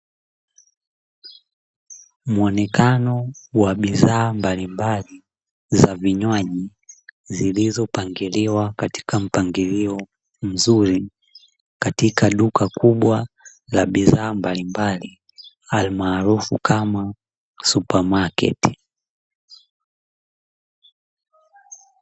Muonekano wa bidhaa mbalimbali za vinywaji, zilizopangiliwa katika mpangilio mzuri katika duka kubwa la bidhaa mbalimbali, alimaarufu kama supamaketi.